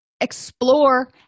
explore